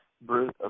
Bruce